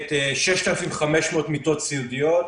מייצגת 6,500 מיטות סיעודיות,